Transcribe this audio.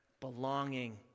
belonging